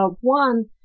one